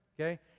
okay